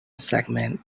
segment